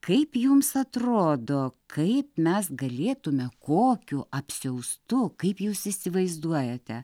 kaip jums atrodo kaip mes galėtume kokiu apsiaustu kaip jūs įsivaizduojate